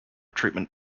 treatment